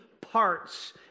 parts